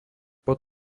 pod